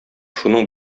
шуның